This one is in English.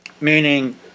meaning